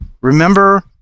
remember